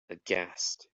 aghast